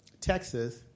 Texas